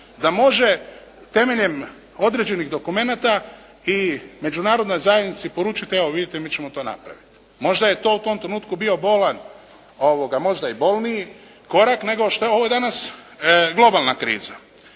da može temeljem određenih dokumenata i Međunarodnoj zajednici poručiti evo vidite, mi ćemo to napraviti. Možda je to u tom trenutku bio bolan, možda i bolniji korak nego što je ovo danas globalna kriza.